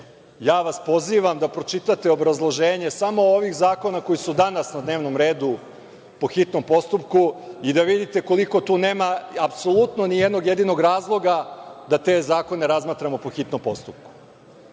Ja vas pozivam da pročitate obrazloženje samo ovih zakona koji su danas na dnevnom redu po hitnom postupku i da vidite koliko tu nema apsolutno nijednog jedinog razloga da te zakone razmatramo po hitnom postupku. Ovo